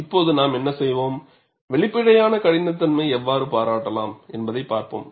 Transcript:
இப்போது நாம் என்ன செய்வோம் வெளிப்படையான கடினத்தன்மையை எவ்வாறு பாராட்டலாம் என்பதைப் பார்ப்போம்